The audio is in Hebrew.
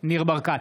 ניר ברקת,